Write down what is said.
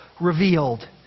revealed